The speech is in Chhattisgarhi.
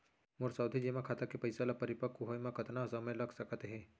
मोर सावधि जेमा खाता के पइसा ल परिपक्व होये म कतना समय लग सकत हे?